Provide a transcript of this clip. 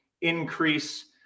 increase